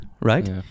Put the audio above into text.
right